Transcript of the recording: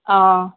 ꯑꯥꯎ